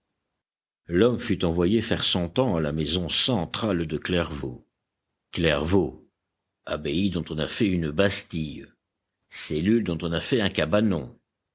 l'homme fut envoyé faire son temps à la maison centrale de clairvaux clairvaux abbaye dont on a fait une bastille cellule dont on a fait un cabanon